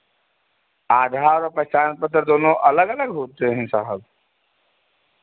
आधार और पहचान पत्र दोनों अलग अलग होते हैं साहब